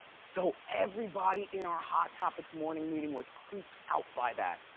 so everybody in our hot topics morning meeting was creeped out by that,